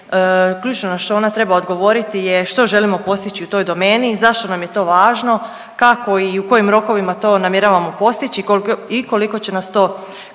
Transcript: ključno je na što ona treba odgovoriti je što želimo postići u toj domeni, zašto nam je to važno, kako i u kojim rokovima to namjeravamo postići i koliko će nas to